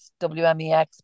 WMEX